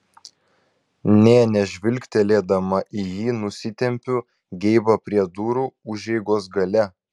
nė nežvilgtelėdama į jį nusitempiu geibą prie durų užeigos gale